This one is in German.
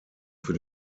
für